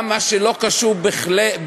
גם מה שלא קשור בהחלט